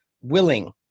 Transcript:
willing